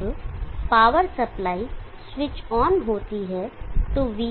जब power supply switch on होती है तो V